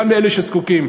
גם לאלה שזקוקים.